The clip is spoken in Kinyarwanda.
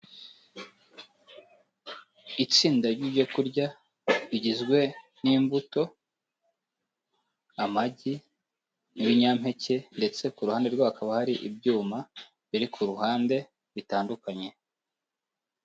Itsinda ry'ibyo kurya rigizwe n'imbuto amagi, ibinyampeke ndetse kuruhande rwa hakaba hari ibyuma biri kuruhande bitandukanye.